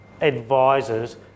advisors